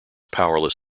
powerless